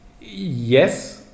Yes